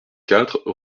quatre